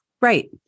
Right